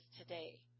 today